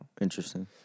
Interesting